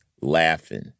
laughing